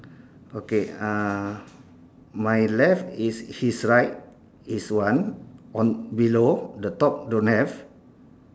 okay uh my left is his right is one on below the top don't have